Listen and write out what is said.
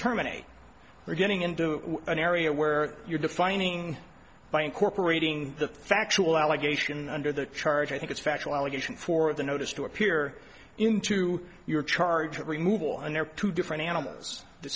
terminate or getting into an area where you're defining by incorporating the factual allegation under the charge i think it's factual allegation for the notice to appear into your charge removal and there are two different animals the